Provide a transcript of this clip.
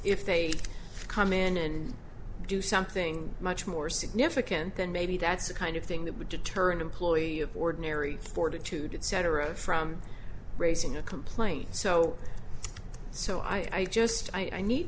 if they come in and do something much more significant than maybe that's the kind of thing that would deter an employee of ordinary fortitude cetera from raising a complaint so so i just i need